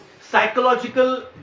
psychological